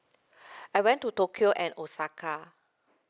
I went to tokyo and osaka